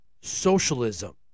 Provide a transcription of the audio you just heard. socialism